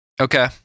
Okay